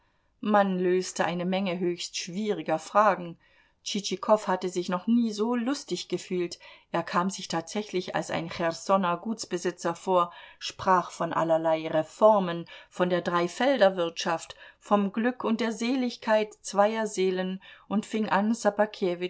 man löste eine menge höchst schwieriger fragen tschitschikow hatte sich noch nie so lustig gefühlt er kam sich tatsächlich als ein cherssoner gutsbesitzer vor sprach von allerlei reformen von der dreifelderwirtschaft vom glück und der seligkeit zweier seelen und fing an